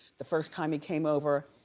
the first time he came over,